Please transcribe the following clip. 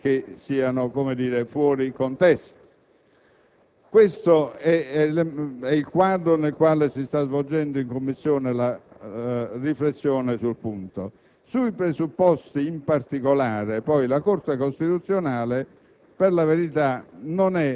elementi normativi che siano fuori contesto. Questo è il quadro nel quale si sta svolgendo in Commissione la riflessione. Sui presupposti, in particolare, la Corte costituzionale